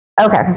Okay